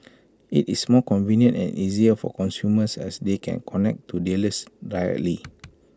IT is more convenient and easier for consumers as they can connect to dealers directly